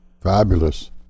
Fabulous